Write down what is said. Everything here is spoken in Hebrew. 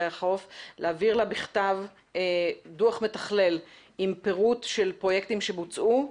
החוף להעביר לה בכתב דוח מתכלל עם פירוט של פרויקטים שבוצעו,